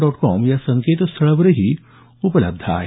dot com या संकेतस्थळावरही उपलब्ध आहे